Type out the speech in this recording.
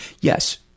Yes